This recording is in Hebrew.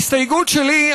ההסתייגות שלי,